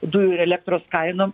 dujų ir elektros kainom